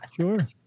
Sure